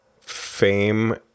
fame